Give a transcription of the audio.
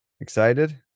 Excited